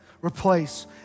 replace